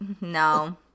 no